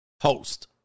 host